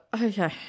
Okay